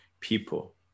people